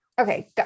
Okay